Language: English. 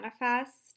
manifest